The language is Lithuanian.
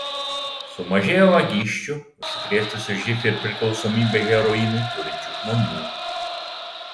sumažėjo vagysčių užsikrėtusių živ ir priklausomybę heroinui turinčių žmonių